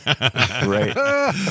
Right